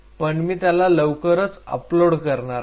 पण मी त्याला लवकरच अपलोड करणार आहे